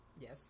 Yes